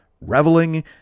reveling